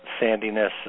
sandiness